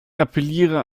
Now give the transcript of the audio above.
appelliere